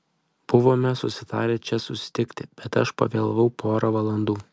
buvome susitarę čia susitikti bet aš pavėlavau pora valandų